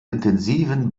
intensiven